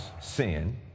sin